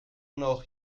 noch